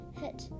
hit